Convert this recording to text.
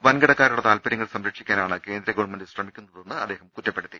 വൻകിടക്കാരുടെ താൽപര്യങ്ങൾ സംരക്ഷിക്കാനാണ് കേന്ദ്രഗവൺമെന്റ് ശ്രമിക്കുന്നതെന്നും അദ്ദേഹം കുറ്റപ്പെടുത്തി